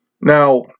Now